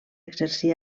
exercí